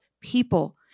people